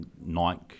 Nike